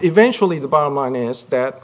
eventually the bottom line is that